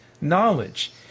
knowledge